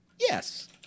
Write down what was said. Yes